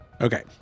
Okay